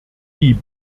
guy